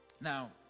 Now